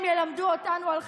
הם ילמדו אותנו על חיילים?